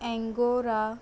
angora